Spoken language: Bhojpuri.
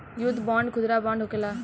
युद्ध बांड खुदरा बांड होखेला